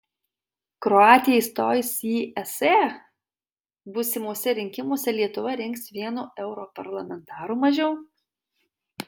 kroatijai įstojus į es būsimuose rinkimuose lietuva rinks vienu europarlamentaru mažiau